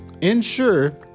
ensure